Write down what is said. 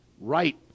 right